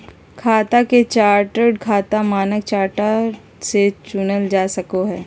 खाता के चार्ट खाता के मानक चार्ट से चुनल जा सको हय